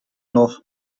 noch